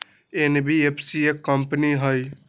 NBFC एक company हई?